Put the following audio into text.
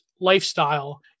lifestyle